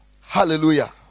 Hallelujah